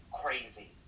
crazy